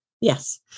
Yes